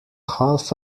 half